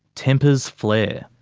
tempers flare.